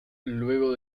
luego